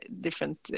different